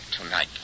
Tonight